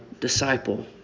disciple